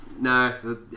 No